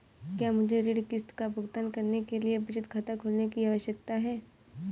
क्या मुझे ऋण किश्त का भुगतान करने के लिए बचत खाता खोलने की आवश्यकता है?